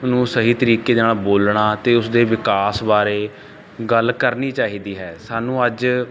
ਨੂੰ ਸਹੀ ਤਰੀਕੇ ਦੇ ਨਾਲ ਬੋਲਣਾ ਅਤੇ ਉਸਦੇ ਵਿਕਾਸ ਬਾਰੇ ਗੱਲ ਕਰਨੀ ਚਾਹੀਦੀ ਹੈ ਸਾਨੂੰ ਅੱਜ